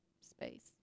space